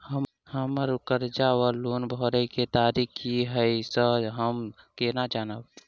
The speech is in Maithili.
हम्मर कर्जा वा लोन भरय केँ तारीख की हय सँ हम केना जानब?